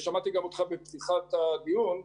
ושמעתי אותך בתחילת הדיון.